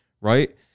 right